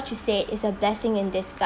you say is a blessing in disgu~